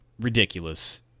ridiculous